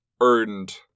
earned